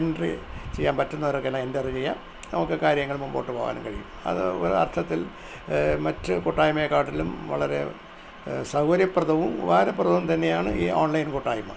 entry ചെയ്യാൻ പറ്റുന്നവർക്കെല്ലാം enter ചെയ്യാം നമുക്കു കാര്യങ്ങള് മുമ്പോട്ടു പോവാനും കഴിയും അത് ഒരർത്ഥത്തിൽ മറ്റ് കൂട്ടായ്മയെക്കാട്ടിലും വളരെ സൗകര്യപ്രദവും ഉപകാരപ്രദവും തന്നെയാണ് ഈ ഓൺലൈൻ കൂട്ടായ്മ